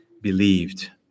believed